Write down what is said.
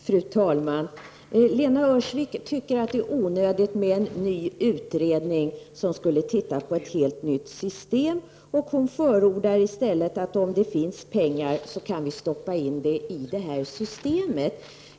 Fru talman! Lena Öhrsvik tycker att det är onödig med en ny utredning som skulle se på ett helt nytt system. Hon förordar i stället att om det finns pengar, kan dessa stoppas i det nuvarande systemet.